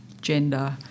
gender